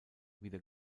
wieder